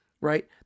right